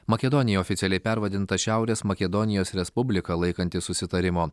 makedonija oficialiai pervadinta šiaurės makedonijos respublika laikantis susitarimo